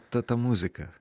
ta ta muzika